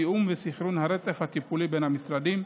תיאום וסנכרון הרצף הטיפולי בין המשרדים.